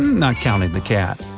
not counting the cat.